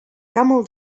camel